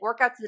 workouts